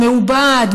מעובד,